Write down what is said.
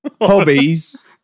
hobbies